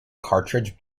cartridge